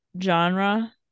genre